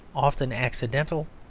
often accidental,